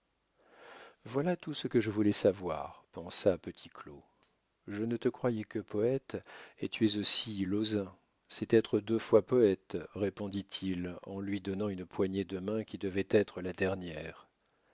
voilà tout ce que je voulais savoir pensa petit claud je ne te croyais que poète et tu es aussi lauzun c'est être deux fois poète répondit-il en lui donnant une poignée de main qui devait être la dernière